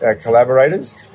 collaborators